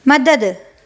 मदद